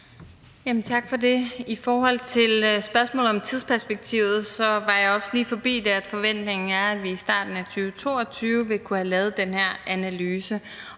Tak for det. I forhold til spørgsmålet om tidsperspektivet var jeg også lige forbi det, nemlig at forventningen er, at vi i starten af 2022 vil kunne have lavet den her analyse.